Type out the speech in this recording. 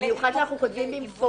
במיוחד אם אנו כותבים במפורש.